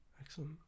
Excellent